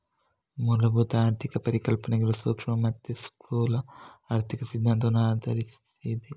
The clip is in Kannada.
ಮೂಲಭೂತ ಆರ್ಥಿಕ ಪರಿಕಲ್ಪನೆಗಳು ಸೂಕ್ಷ್ಮ ಮತ್ತೆ ಸ್ಥೂಲ ಆರ್ಥಿಕ ಸಿದ್ಧಾಂತಗಳನ್ನ ಆಧರಿಸಿದೆ